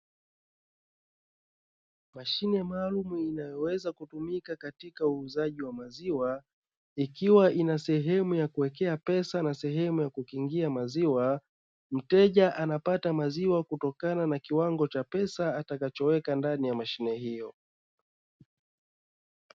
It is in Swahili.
Mashine maalumu inayoweza kutumika katika uuzaji wa maziwa ikiwa inasehemu ya kuwekea pesa na sehemu ya kukingia maziwa. Mteja anapata maziwa kutokana na kiwango cha pesa atakachoweka ndani ya mashine hiyo.